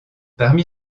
parmi